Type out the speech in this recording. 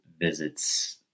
visits